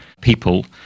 people